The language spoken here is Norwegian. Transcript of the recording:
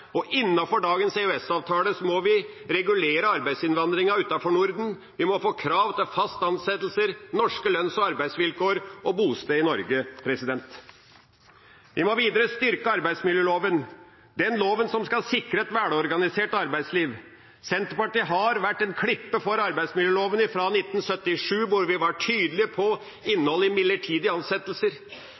og innenfor dagens EØS-avtale må vi regulere arbeidsinnvandringen utenfor Norden. Vi må få krav til fast ansettelse, norske lønns- og arbeidsvilkår og bosted i Norge. Vi må videre styrke arbeidsmiljøloven, den loven som skal sikre et velorganisert arbeidsliv. Senterpartiet har vært en klippe for arbeidsmiljøloven fra 1977, hvor vi var tydelige på innholdet i midlertidige ansettelser.